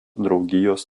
draugijos